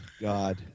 god